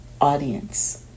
audience